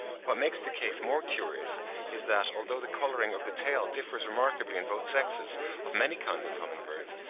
what makes the case more curious is that, although the colouring of the tail differs remarkably in both sexes of many kinds of humming-birds,